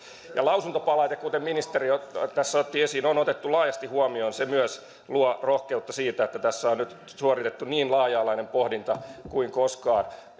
ja lausuntopalaute kuten ministeri tässä otti esiin on otettu laajasti huomioon se myös luo rohkeutta siitä että tässä on nyt suoritettu laaja alaisempi pohdinta kuin koskaan